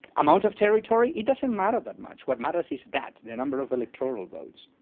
amount of territory, it doesn't matter that much. what matters is that, the number of electoral votes.